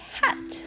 hat